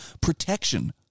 protection